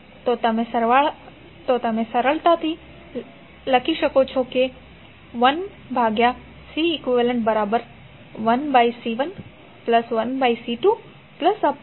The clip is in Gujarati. તો તમે સરળતાથી 1Ceq1C11C21Cni1n1Ci લખી શકો છો